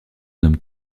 nomme